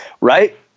right